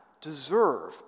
deserve